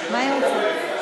גברתי היושבת-ראש,